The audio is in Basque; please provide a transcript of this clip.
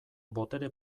botere